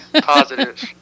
Positive